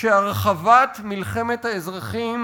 שהרחבת מלחמת האזרחים